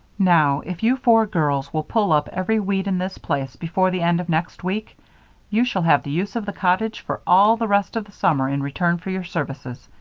now, if you four girls will pull up every weed in this place before the end of next week you shall have the use of the cottage for all the rest of the summer in return for your services.